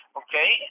okay